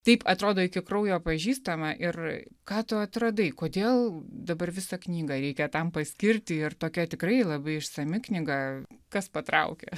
taip atrodo iki kraujo pažįstama ir ką tu atradai kodėl dabar visą knygą reikia tam paskirti ir tokia tikrai labai išsami knyga kas patraukia